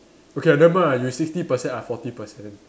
okay never mind lah you sixty percent I forty percent